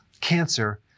cancer